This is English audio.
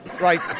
right